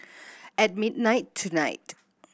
at midnight tonight